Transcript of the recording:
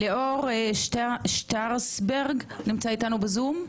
ליאור שטרסברג נמצא איתנו בזום,